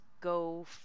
go